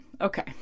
Okay